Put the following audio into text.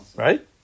Right